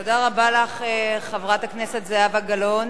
תודה רבה לך, חברת הכנסת זהבה גלאון.